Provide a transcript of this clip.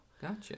Gotcha